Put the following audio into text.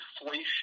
inflation